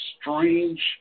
strange